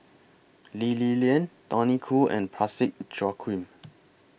Lee Li Lian Tony Khoo and Parsick Joaquim